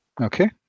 Okay